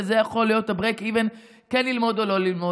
וזה יכול להיות ה-break-even כן ללמוד או לא ללמוד.